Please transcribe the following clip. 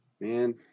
man